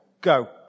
go